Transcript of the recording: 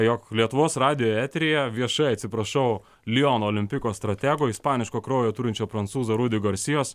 jog lietuvos radijo eteryje viešai atsiprašau liono olimpiko stratego ispaniško kraujo turinčio prancūzo rudy garsijos